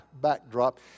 backdrop